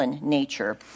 nature